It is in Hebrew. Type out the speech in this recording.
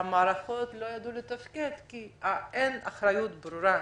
המערכות לא ידעו לתפקד כי אין אחריות ברורה.